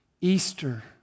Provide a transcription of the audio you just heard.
Easter